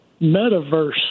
metaverse